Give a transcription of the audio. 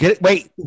Wait